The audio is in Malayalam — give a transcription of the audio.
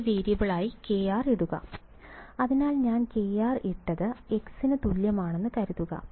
പുതിയ വേരിയബിളായി kr ഇടുക അതിനാൽ ഞാൻ kr ഇട്ടത് x ന് തുല്യമാണെന്ന് കരുതുക